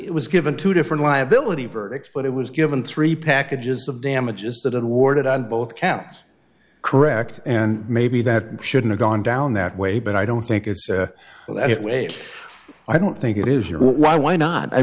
it was given to different liability verdicts but it was given three packages of damages that awarded on both counts correct and maybe that shouldn't gone down that way but i don't think it's that i don't think it is your why why not i